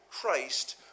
Christ